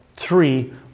Three